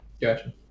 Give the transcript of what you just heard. gotcha